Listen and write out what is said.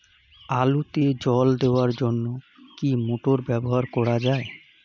আলুতে জল দেওয়ার জন্য কি মোটর ব্যবহার করা যায়?